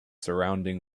surrounding